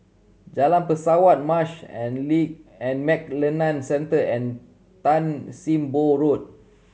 Jalan Pesawat Marsh and Lee and McLennan Centre and Tan Sim Boh Road